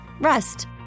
rest